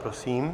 Prosím.